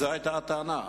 וזאת היתה הטענה.